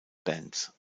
bands